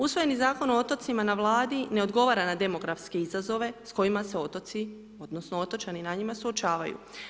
Usvojeni Zakon o otocima na Vladi ne odgovara na demografske izazove s kojima se otoci odnosno otočani na njima suočavaju.